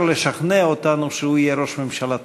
לשכנע אותנו שהוא יהיה ראש ממשלה טוב.